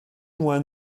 mois